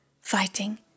fighting